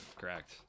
Correct